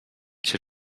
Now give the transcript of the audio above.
cię